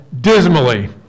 dismally